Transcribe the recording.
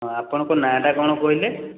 ହଁ ଆପଣଙ୍କ ନାଁଟା କ'ଣ କହିଲେ